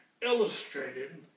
illustrated